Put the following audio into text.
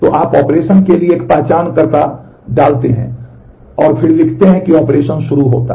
तो आप ऑपरेशन के लिए एक पहचानकर्ता डालते हैं और फिर लिखते हैं कि ऑपरेशन शुरू होता है